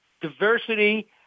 diversity